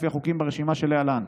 לפי החוקים ברשימה שלהלן: